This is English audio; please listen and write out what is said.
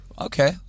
Okay